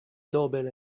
doorbell